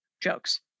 jokes